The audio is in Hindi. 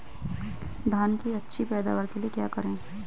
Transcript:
धान की अच्छी पैदावार के लिए क्या करें?